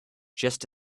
just